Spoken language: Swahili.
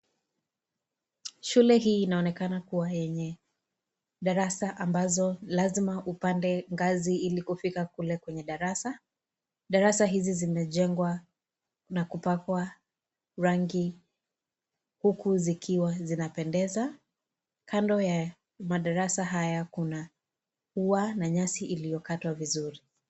Shule hii inaonekana kuwa yenye darasa ambazo lazima upande ngazi ili kufika kule kwenye darasa. Darasa hizi zimejengwa na kupakwa rangi huku zikiwa zinapendeza. Kando ya madarasa haya kuna ua na nyasi iliyokatwa vizuri.